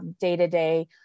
day-to-day